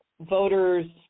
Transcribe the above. voters